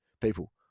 people